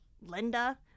linda